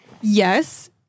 Yes